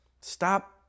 Stop